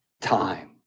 time